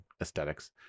aesthetics